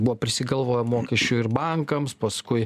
buvo prisigalvoję mokesčių ir bankams paskui